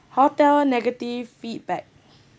hotel negative feedback